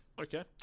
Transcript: Okay